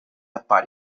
appare